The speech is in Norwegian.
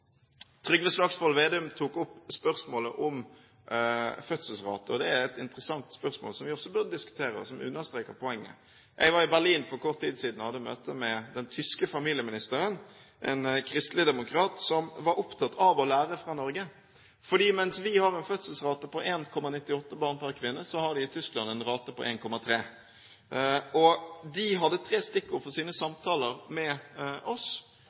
Trygve Slagsvold Vedum tok opp spørsmålet om fødselsrater. Det er et interessant spørsmål som vi også bør diskutere, og som understreker poenget. Jeg var i Berlin for kort tid siden og hadde møte med den tyske familieministeren, en kristendemokrat, som var opptatt av å lære av Norge. Mens vi har en fødselsrate på 1,98 barn per kvinne, har de i Tyskland en rate på 1,3. De hadde tre stikkord for sine samtaler med oss,